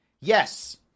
yes